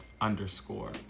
underscore